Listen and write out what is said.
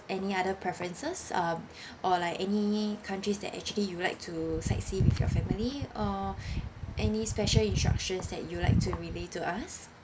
any other preferences um or like any countries that actually you'd like to sightsee with your family or any special instructions that you'd like to relay to us